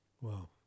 Wow